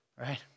Right